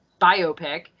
biopic